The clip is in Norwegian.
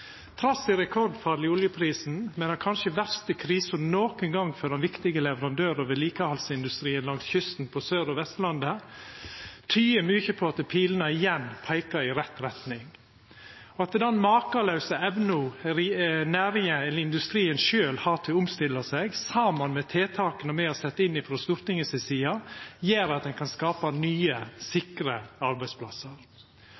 Trass i rekordfallet i oljeprisen, med den kanskje verste krisa nokon gong for den viktige leverandør- og vedlikehaldsindustrien langs kysten på Sør- og Vestlandet, tyder mykje på at pilene igjen peikar i rett retning. Den makelause evna næringa eller industrien sjølv har til å omstilla seg, saman med tiltaka me har sett inn frå Stortingets side, gjer at ein kan skapa nye,